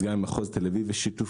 שיתוף